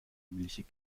milchig